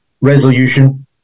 resolution